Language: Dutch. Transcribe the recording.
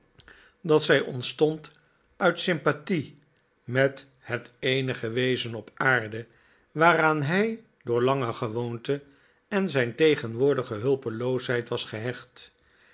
dat zij ontstond uit sympathie met het eenige wezen op aarde waaraan hij door lange gewoonte en zijn tegenwoordige hulpeloosheid was gehecht